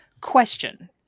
question